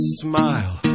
smile